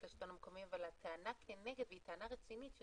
לשלטון המקומי אבל הטענה כנגד והיא טענה רצינית,